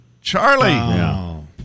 Charlie